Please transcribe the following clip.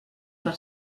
per